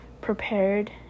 prepared